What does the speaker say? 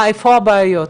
איפה הבעיות?